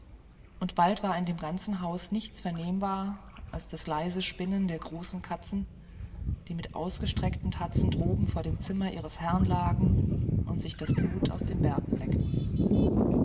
und bald war in dem ganzen haus nichts vernehmbar als das leise spinnen der großen katzen die mit ausgestreckten tatzen droben vor dem zimmer ihres herrn lagen und sich das blut aus den bärten leckten